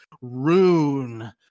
rune